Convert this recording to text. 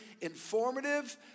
informative